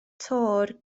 töwr